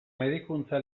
medikuntza